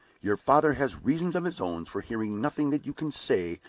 your father has reasons of his own for hearing nothing that you can say,